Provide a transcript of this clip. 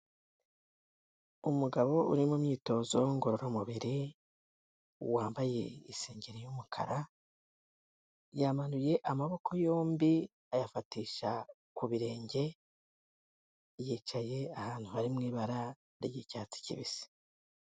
Umugabo uri mu myitozo ngororamubiri wambaye isengeri y'umukara, yamanuye amaboko yombi ayafatisha ku birenge, yicaye ahantu hari mu ibara ry'icyatsi kibisi.